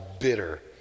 bitter